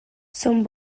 són